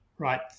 right